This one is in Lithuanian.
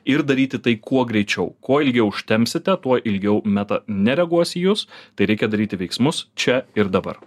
ir daryti tai kuo greičiau kuo ilgiau užtempsite tuo ilgiau metą nereaguos į jus tai reikia daryti veiksmus čia ir dabar